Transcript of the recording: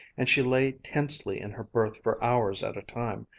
and she lay tensely in her berth for hours at a time,